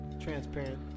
Transparent